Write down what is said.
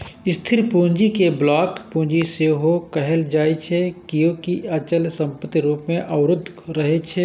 स्थिर पूंजी कें ब्लॉक पूंजी सेहो कहल जाइ छै, कियैकि ई अचल संपत्ति रूप मे अवरुद्ध रहै छै